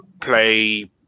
play